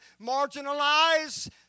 marginalize